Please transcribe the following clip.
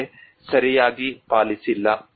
ಆದರೆ ಸರಿಯಾಗಿ ಪಾಲಿಸಿಲ್ಲ